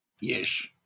Yes